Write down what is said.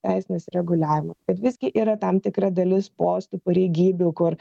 teisinis reguliavimas kad visgi yra tam tikra dalis postų pareigybių kur